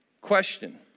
Question